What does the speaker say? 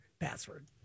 password